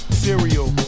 cereal